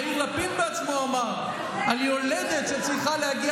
יאיר לפיד בעצמו אמר על יולדת שצריכה להגיע